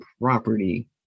property